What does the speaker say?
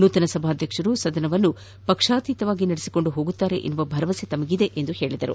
ನೂತನ ಸಭಾಧ್ಯಕ್ಷರು ಸದನವನ್ನು ಪಕ್ಷಾತೀತವಾಗಿ ನಡೆಸಿಕೊಂಡು ಹೋಗುತ್ತಾರೆಂಬ ಭರವಸೆ ತಮಗಿದೆ ಎಂದು ಹೇಳಿದರು